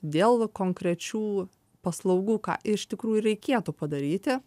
dėl konkrečių paslaugų ką iš tikrųjų reikėtų padaryti